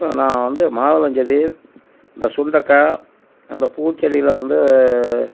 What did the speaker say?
இப்போ நான் வந்து மாதுளஞ்செடி இந்த சுண்டக்காய் அந்த பூச்செடியில் வந்து